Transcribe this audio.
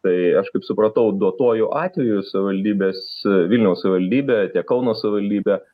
tai aš kaip supratau duotuoju atveju savivaldybės vilniaus savivaldybė tiek kauno savivaldybė